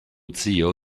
zio